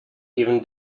even